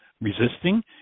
resisting